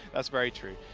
that's very true.